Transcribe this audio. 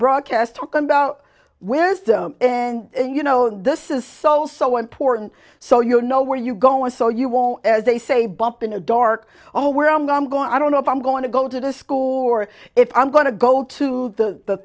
broadcast talking about wisdom and you know this is so so important so you know where you go and so you won't as they say bump in a dark oh where i'm going i don't know if i'm going to go to school or if i'm going to go to the